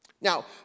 Now